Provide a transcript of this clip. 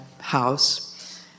house